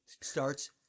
starts